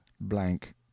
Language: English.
blank